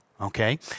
Okay